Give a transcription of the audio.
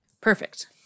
Perfect